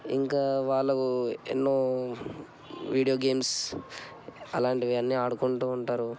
ఇంకా వాళ్ళకు ఎన్నో వీడియో గేమ్స్ అలాంటివి అన్నీ ఆడుకుంటు ఉంటారు